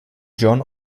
john